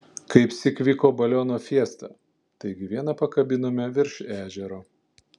kaipsyk vyko balionų fiesta taigi vieną pakabinome virš ežero